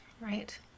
Right